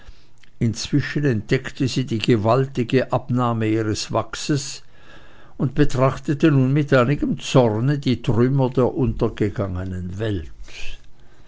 inzwischen entdeckte sie die gewaltige abnahme ihres wachses und betrachtete nun mit einigem zorne die trümmer der untergegangenen welt